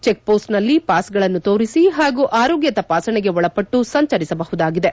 ಚೆಕ್ಪೋಸ್ಟ್ನಲ್ಲಿ ಪಾಸ್ಗಳನ್ನು ತೋರಿಸಿ ಹಾಗೂ ಆರೋಗ್ಯ ತಪಾಸಣೆಗೆ ಒಳಪಟ್ಟು ಸಂಚರಿಸಬಹುದಾಗಿದೆ